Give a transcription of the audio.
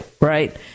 Right